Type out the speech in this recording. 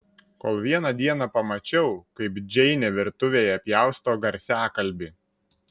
kol vieną dieną pamačiau kaip džeinė virtuvėje pjausto garsiakalbį